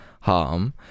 harm